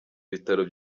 bitaro